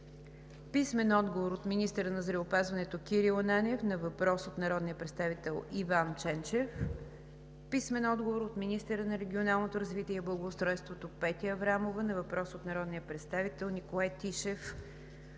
Антонов; - министъра на здравеопазването Кирил Ананиев на въпрос от народния представител Иван Ченчев; - министъра на регионалното развитие и благоустройството Петя Аврамова на въпрос от народния представител Николай Тишев;